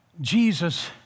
Jesus